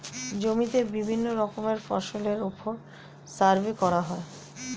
জমিতে বিভিন্ন রকমের ফসলের উপর সার্ভে করা হয়